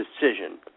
decision